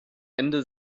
ende